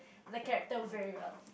the character very well